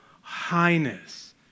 highness